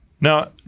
Now